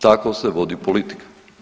Tako se vodi politika.